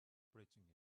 preaching